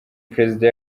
perezida